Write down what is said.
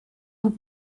vous